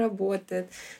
работает.